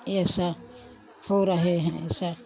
ऐसा हो रहे हैं ऐसा